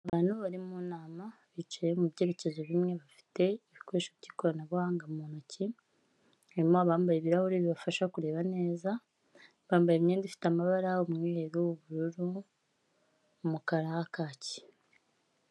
Abantu bari mu nama, bicaye mu byerekezo bimwe bafite ibikoresho by'ikoranabuhanga mu ntoki, harimo abambaye ibirahuri bibafasha kureba neza, bambaye imyenda ifite amabara umweru, ubururu, umukara kaki.